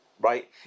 right